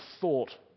thought